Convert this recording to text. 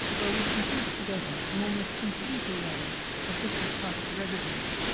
where we can piece together an almost complete array of different types of evidence,